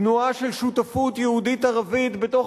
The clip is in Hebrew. תנועה של שותפות יהודית-ערבית בתוך